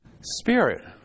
Spirit